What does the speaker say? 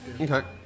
Okay